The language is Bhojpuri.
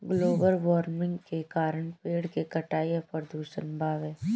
ग्लोबल वार्मिन के कारण पेड़ के कटाई आ प्रदूषण बावे